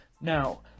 Now